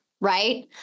right